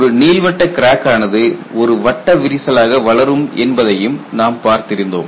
ஒரு நீள்வட்ட கிராக் ஆனது ஒரு வட்ட விரிசலாக வளரும் என்பதையும் நாம் பார்த்திருந்தோம்